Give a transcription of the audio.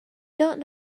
don’t